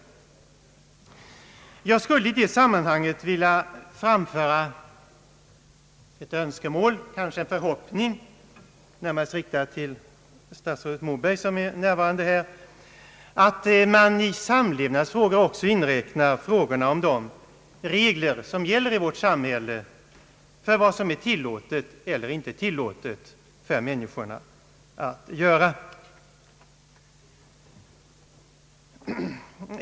Jag skulle i det sammanhanget vilja framföra ett önskemål, kanske en förhoppning, närmast till statsrådet Mo berg som är närvarande här, att man i samlevnadsfrågor också inräknar de regler som gäller i vårt samhälle för vad som är tillåtet eller inte tillåtet för människorna att göra.